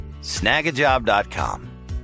snagajob.com